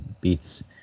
beats